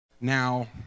now